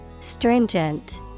Stringent